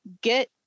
get